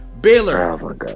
Baylor